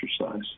exercise